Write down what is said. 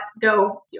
go